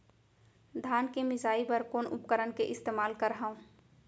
धान के मिसाई बर कोन उपकरण के इस्तेमाल करहव?